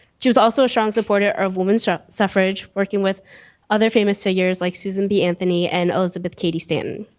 she was also a strong supporter of women's suffrage, working with other famous figures like susan b. anthony and elizabeth cady stanton.